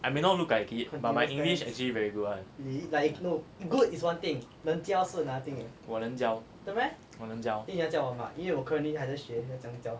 I may not look like it but my english actually very good [one] 我能教我能教